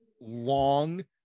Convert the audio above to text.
long